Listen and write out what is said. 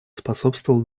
способствовал